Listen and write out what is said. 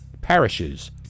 parishes